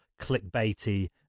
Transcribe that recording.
clickbaity